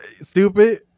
Stupid